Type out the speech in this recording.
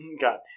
God